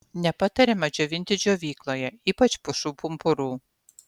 nepatariama džiovinti džiovykloje ypač pušų pumpurų